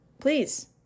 Please